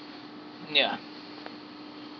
ya